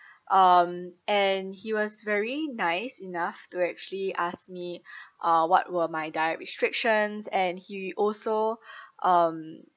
um and he was very nice enough to actually ask me uh what were my diet restrictions and he also um